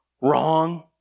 wrong